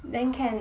ah